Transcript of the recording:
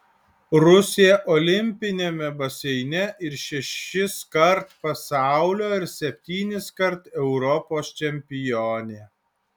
rusė olimpiniame baseine ir šešiskart pasaulio ir septyniskart europos čempionė